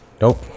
Nope